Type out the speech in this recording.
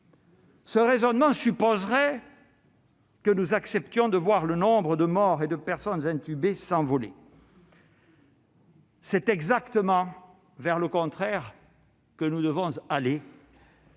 ce raisonnement supposerait que nous acceptions de voir le nombre de morts et de personnes intubées s'envoler. C'est exactement vers le contraire que nous devons aller